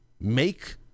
make